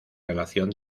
relación